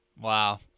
Wow